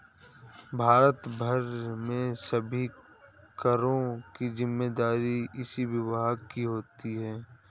भारत भर में सभी करों की जिम्मेदारी इसी विभाग की होती है